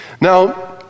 Now